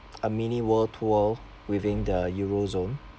a mini world tour within the euro zone